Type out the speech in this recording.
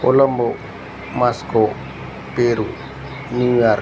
Colombo Moscow Peru New York